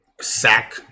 sack